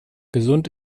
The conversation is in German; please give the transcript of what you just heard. gesund